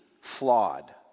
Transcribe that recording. flawed